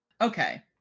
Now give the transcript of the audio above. Okay